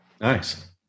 Nice